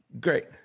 great